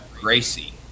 Gracie